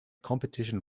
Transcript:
competition